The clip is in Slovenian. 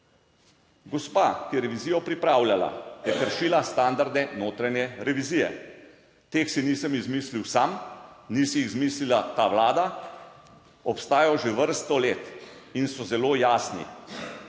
Gospa, ki je revizijo pripravljala, je kršila standarde notranje revizije. Teh si nisem izmislil sam, ni si izmislila ta Vlada, obstajajo že vrsto let in so zelo jasni.